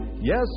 Yes